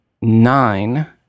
nine